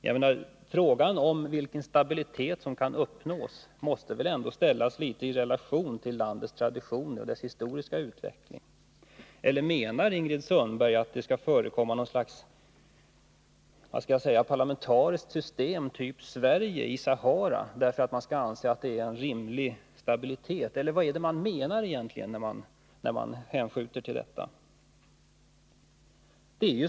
Jag menar att frågan om vilken stabilitet som kan uppnås ändå måste ställas något i relation till landets traditioner och dess historiska utveckling. Menar Ingrid Sundberg att man i Västra Sahara skall ha något slags parlamentariskt system av samma typ som det svenska för att landet skall anses ha en rimlig stabilitet, eller vad är det utskottet menar när man hänvisar till detta?